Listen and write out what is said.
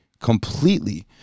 Completely